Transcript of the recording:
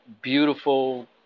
beautiful